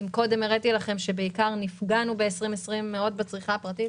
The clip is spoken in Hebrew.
אם קודם הראיתי לכם שנפגענו ב-2020 מאוד בצריכה הפרטית,